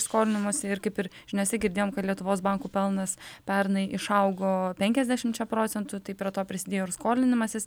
skolinimosi ir kaip ir žiniose girdėjom kad lietuvos bankų pelnas pernai išaugo penkiasdešimčia procentų tai prie to prisidėjo ir skolinimasis